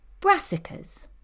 Brassicas